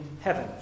heaven